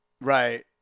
Right